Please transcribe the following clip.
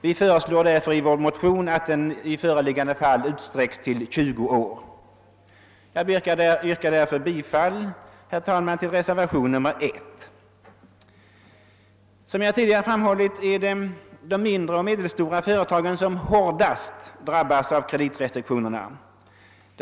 Vi föreslår därför i vår motion att den i föreliggande fall utsträcks till 20 år. Herr talman! Jag yrkar därför bifall till reservationen 1. Som jag tidigare framhållit är det de mindre och medelstora företagen som hårdast drabbas av kreditrestriktionerna.